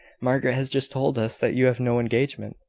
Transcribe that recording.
margaret has just told us that you have no engagement.